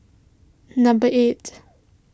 number eight